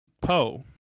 Poe